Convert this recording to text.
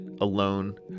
alone